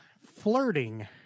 Flirting